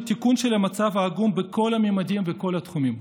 תיקון של המצב העגום בכל הממדים ובכל התחומים.